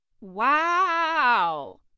Wow